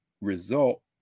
result